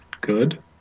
good